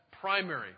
primary